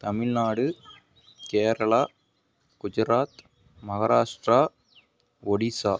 Tamil Nadu Kerala Gujarat Maharashtra Odisha